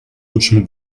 лучшему